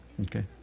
Okay